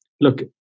look